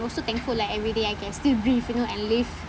also thankful like everyday I can still breathe you know and live